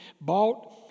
bought